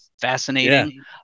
fascinating